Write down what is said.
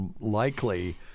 likely